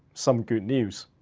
some good news.